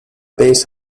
base